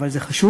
אבל זה חשוב.